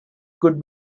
could